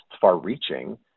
far-reaching